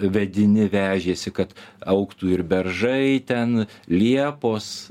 vedini vežėsi kad augtų ir beržai ten liepos